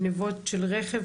גניבות של רכב,